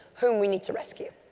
whom we need to rescue.